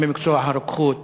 גם במקצוע הרוקחות,